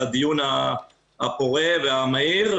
על הדיון הפורה והמהיר,